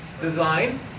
design